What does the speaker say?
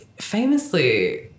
Famously